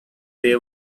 they